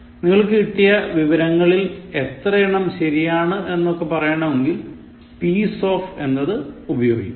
നിങ്ങൾക്ക് കിട്ടിയ വവരങ്ങളിൽ എത്രെണ്ണം ശരിയാണ് എന്നൊക്കെ പറയണമെങ്കിൽ piece of എന്നത് ഉപയോഗിക്കാം